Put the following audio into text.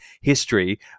history